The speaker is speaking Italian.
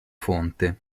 fonte